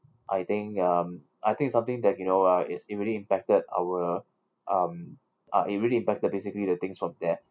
I think um I think something that you know uh is easily impacted our um ah it really impacted basically the things from there